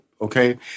Okay